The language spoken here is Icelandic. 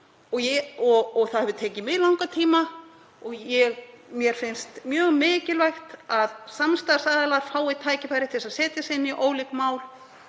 og það hefur tekið mjög langan tíma. Mér finnst mjög mikilvægt að samstarfsaðilar fái tækifæri til að setja sig inn í ólík mál.